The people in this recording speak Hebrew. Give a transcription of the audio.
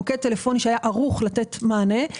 מוקד טלפוני שהיה ערוך לתת מענה.